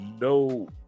no